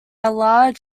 large